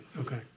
Okay